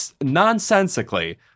nonsensically